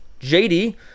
JD